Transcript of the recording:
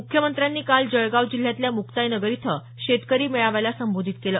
मुख्यमंत्र्यांनी काल जळगाव जिल्ह्यातल्या मुक्ताईनगर इथं शेतकरी मेळाव्याला संबोधित केलं